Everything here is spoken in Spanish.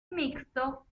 mixtos